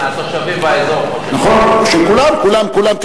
של התושבים באזור, נכון, של כולם, כולם.